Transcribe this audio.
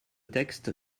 texte